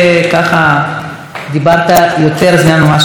דיברת יותר זמן ממה, מה את כועסת, גברתי?